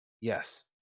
yes